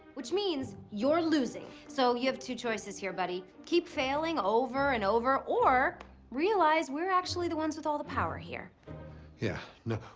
which means you're losing. so you have two choices here buddy keep failing over and over or realize we're actually the ones with all the power here yeah, no,